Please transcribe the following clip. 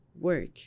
work